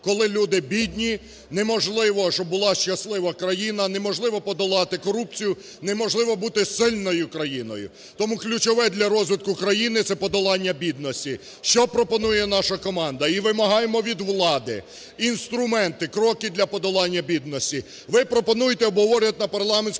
Коли люди бідні, неможливо, щоб була щаслива країна, неможливо подолати корупцію, неможливо бути сильною країною. Тому ключове для розвитку країни – це подолання бідності. Що пропонує наша команда? І вимагаємо від влади інструменти, кроки для подолання бідності. Ви пропонуєте обговорювати на парламентських